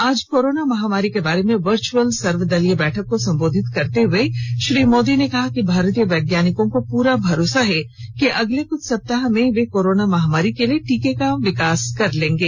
आज कोरोना महामारी के बारे में वर्चुअल सर्वदलीय बैठक को संबोधित करते हुए श्री मोदी ने कहा कि भारतीय वैज्ञानिकों को पूरा भरोसा है कि अगले कुछ सप्ताह में वे कोरोना महामारी के लिए टीके का विकास कर लेंगे